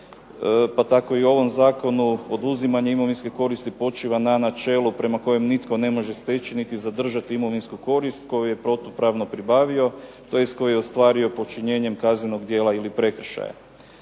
pa tako i u ovom zakonu oduzimanje imovinske koristi počiva na načelu prema kojem nitko ne može steći niti zadržati imovinsku korist koju je protupravno pribavio, tj. koju je ostvario počinjenjem kaznenog djela i prekršajem.